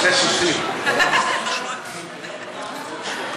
לוועדה לקידום מעמד האישה ולשוויון מגדרי נתקבלה.